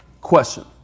question